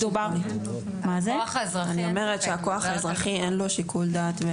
אני אומרת שהכוח האזרחי, אין לו שיקול דעת.